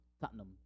Tottenham